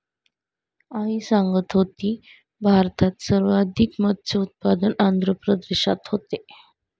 आई सांगत होती, भारतात सर्वाधिक मत्स्य उत्पादन आंध्र प्रदेशात होते